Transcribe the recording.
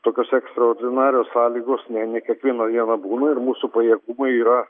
tokios ekstraordinarios sąlygos ne ne kiekvieną dieną būna ir mūsų pajėgumai yra